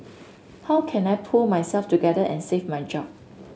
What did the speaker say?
how can I pull myself together and save my job